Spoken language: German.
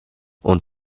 und